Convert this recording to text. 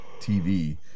TV